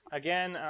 again